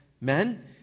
men